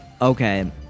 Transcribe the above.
okay